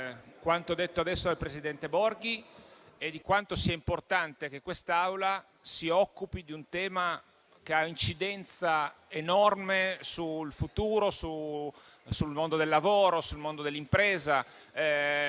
quanto detto adesso dal presidente Borghi, cioè quanto sia importante che l'Assemblea si occupi di un tema che ha un'incidenza enorme sul futuro, sul mondo del lavoro, sul mondo dell'impresa,